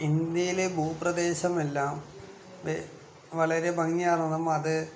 ഇന്ത്യയിലെ ഭൂപ്രദേശമെല്ലാം വളരെ ഭംഗിയാർന്നതും അത്